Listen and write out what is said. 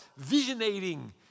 visionating